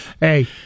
Hey